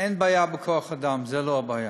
אין בעיה בכוח-אדם, זאת לא הבעיה.